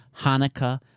Hanukkah